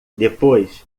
depois